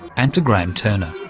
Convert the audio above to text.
and to graeme turner.